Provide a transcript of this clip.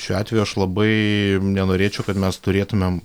šiuo atveju aš labai nenorėčiau kad mes turėtumėm